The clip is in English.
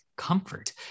comfort